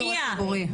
שנייה,